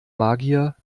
magier